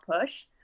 push